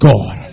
God